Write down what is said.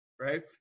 right